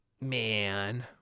man